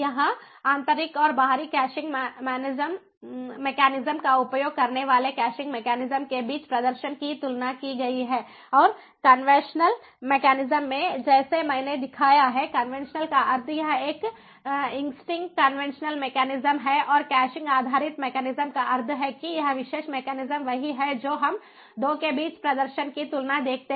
यहां आंतरिक और बाहरी कैशिंग मेकैनिज्म का उपयोग करने वाले कैशिंग मेकैनिज्म के बीच प्रदर्शन की तुलना की गई है और कन्वेंशनल पारम्परिक conventional मेकैनिज्म में जैसे मैंने दिखाया है कन्वेंशनल का अर्थ यह एक इग्ज़िस्टिंग कन्वेंशनल मेकैनिज्म है और कैशिंग आधारित मेकैनिज्म का अर्थ है कि यह विशेष मेकैनिज्म वही है जो हम 2 के बीच प्रदर्शन की तुलना देखते हैं